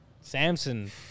Samson